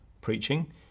preaching